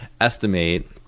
estimate